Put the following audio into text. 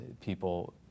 people